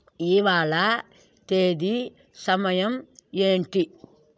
ఇవాళ తేదీ సమయం ఏంటి